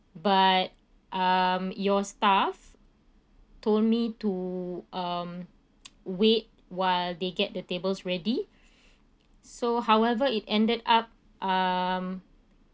but um your staff told me to um wait while they get the table's ready so however it ended up um